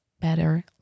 better